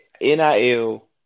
NIL